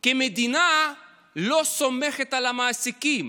כי המדינה לא סומכת על המעסיקים.